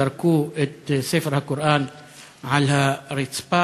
זרקו את ספר הקוראן על הרצפה,